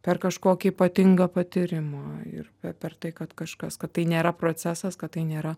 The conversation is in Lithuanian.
per kažkokį ypatingą patyrimą ir pe per tai kad kažkas kad tai nėra procesas kad tai nėra